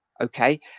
okay